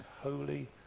holy